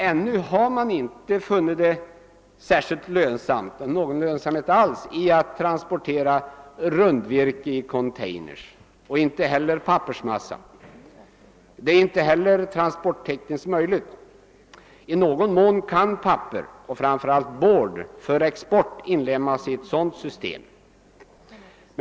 Ännu har man inte funnit någon lönsamhet i att transportera rundvirke eller pappersmassa i containers. Det är inte heller transporttekniskt möjligt. I någon mån kan papper och framför allt board för export inlemmas i sådant system.